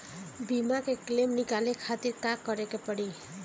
बीमा के क्लेम निकाले के खातिर का करे के पड़ी?